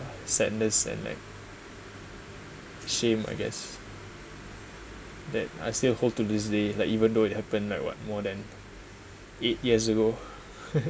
sadness and like shame I guess that I still hold to this day like even though it happened like what more than eight years ago